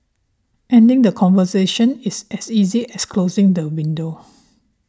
ending the conversation is as easy as closing the window